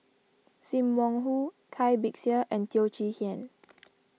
Sim Wong Hoo Cai Bixia and Teo Chee Hean